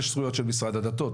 יש זכויות של משרד הדתות,